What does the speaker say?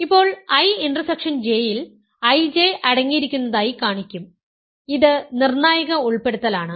ഇപ്പോൾ I intersection J യിൽ IJ അടങ്ങിയിരിക്കുന്നതായി കാണിക്കും ഇത് നിർണായക ഉൾപ്പെടുത്തലാണ്